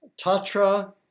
tatra